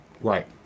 Right